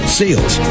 sales